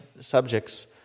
subjects